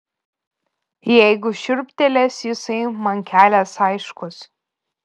jei šiurptelės jisai man kelias aiškus